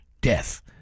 death